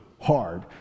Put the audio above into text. hard